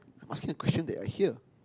I'm asking a question that I hear